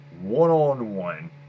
one-on-one